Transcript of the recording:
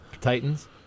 Titans